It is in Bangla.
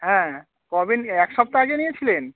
হ্যাঁ কবে নিয়ে এক সপ্তাহ আগে নিয়েছিলেন